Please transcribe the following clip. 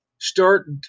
Start